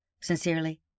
Sincerely